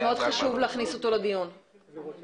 ממך לגבי